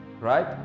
right